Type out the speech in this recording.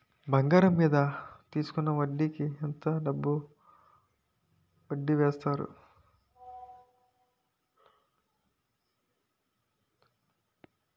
బంగారం మీద తీసుకున్న డబ్బు కి ఎంత వడ్డీ వేస్తారు?